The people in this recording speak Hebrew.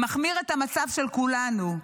מחמיר את המצב של כולנו.